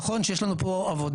נכון שיש לנו פה עבודה,